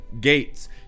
gates